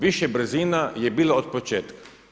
Više brzina je bilo od početka.